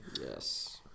Yes